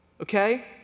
okay